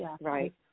Right